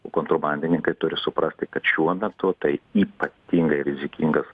o kontrabandininkai turi suprasti kad šiuo metu tai ypatingai rizikingas